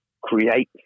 create